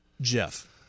Jeff